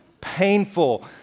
painful